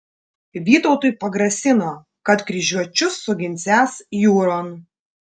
vytautui pagrasino kad kryžiuočius suginsiąs jūron